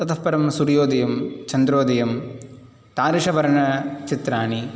ततः परं सूर्योदयं चन्द्रोदयं तादृशवर्णनचित्राणि